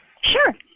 Sure